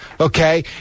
Okay